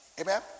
Amen